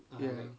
ya